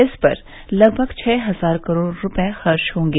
इस पर लगभग छह हजार करोड़ रुपए खर्च होंगे